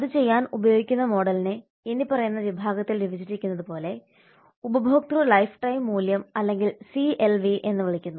അത് ചെയ്യാൻ ഉപയോഗിക്കുന്ന മോഡലിനെ ഇനിപ്പറയുന്ന വിഭാഗത്തിൽ വിവരിച്ചിരിക്കുന്നതുപോലെ ഉപഭോക്തൃ ലൈഫ് ടൈം മൂല്യം അല്ലെങ്കിൽ CLV എന്ന് വിളിക്കുന്നു